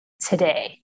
today